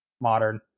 modern